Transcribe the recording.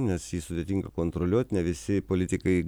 nes jį sudėtinga kontroliuot ne visi politikai